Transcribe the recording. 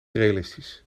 realistisch